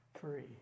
free